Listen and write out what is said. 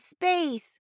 space